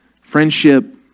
Friendship